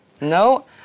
No